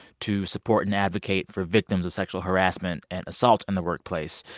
to support and advocate for victims of sexual harassment and assault in the workplace,